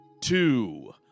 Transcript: two